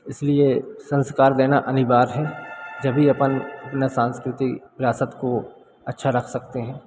इसलिए संस्कार देना अनिवार्य है जभी अपन सांस्कृतिक विरासत को अच्छा रख सकते हैं